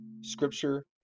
scripture